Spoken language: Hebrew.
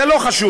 זה לא חשוב,